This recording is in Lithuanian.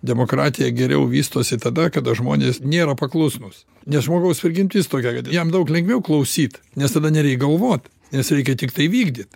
demokratija geriau vystosi tada kada žmonės nėra paklusnūs nes žmogaus prigimtis tokia kad jam daug lengviau klausyt nes tada nereik galvot nes reikia tiktai įvykdyt